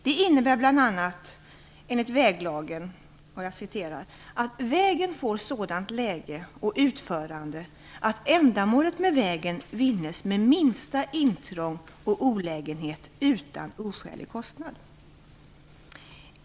Det innebär bl.a., enligt väglagen, "att vägen får sådant läge och utförande att ändamålet med vägen vinnes med minsta intrång och olägenhet utan oskälig kostnad".